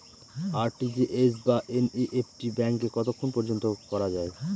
RTGS বা NEFT ব্যাংকে কতক্ষণ পর্যন্ত করা যায়?